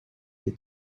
des